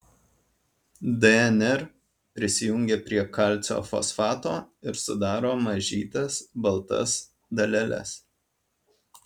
dnr prisijungia prie kalcio fosfato ir sudaro mažytes baltas daleles